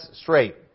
straight